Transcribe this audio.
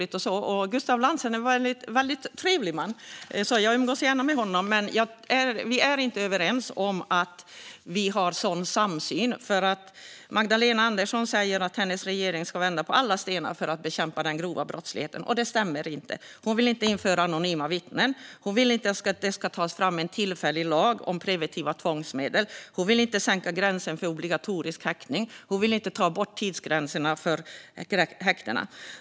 Gustaf Lantz är en mycket trevlig man, så jag umgås gärna med honom. Men vi är inte överens om att vi har en samsyn. Magdalena Andersson säger att hennes regering ska vända på alla stenar för att bekämpa den grova brottsligheten. Det stämmer inte. Hon vill inte införa anonyma vittnen. Hon vill inte att det ska tas fram en tillfällig lag om preventiva tvångsmedel. Hon vill inte sänka gränsen för obligatorisk häktning eller ta bort tidsgränserna för häktning.